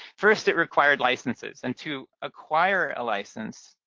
first it required licenses, and to acquire a license,